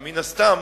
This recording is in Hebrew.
ומן הסתם,